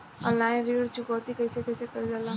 Online ऋण चुकौती कइसे कइसे कइल जाला?